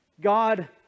God